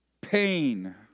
pain